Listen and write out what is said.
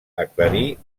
aclarir